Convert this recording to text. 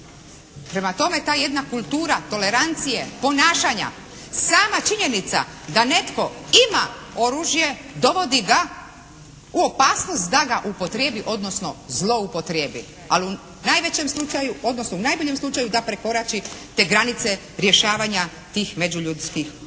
Prema tome, ta jedna kultura tolerancije, ponašanja, sama činjenica da netko ima oružje dovodi ga u opasnost da ga upotrijebi, odnosno zloupotrijebi. Ali u najvećem slučaju, odnosno u najboljem slučaju da prekorači te granice rješavanja tih međuljudskih odnosa.